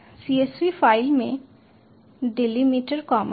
csv file में delimiter comma है